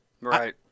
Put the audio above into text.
Right